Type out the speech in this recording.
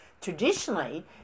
traditionally